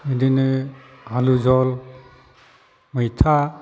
बिदिनो आलु जल मैथा